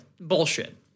Bullshit